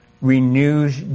renews